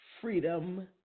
freedom